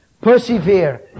persevere